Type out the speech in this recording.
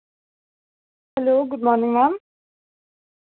hello good morning ma'am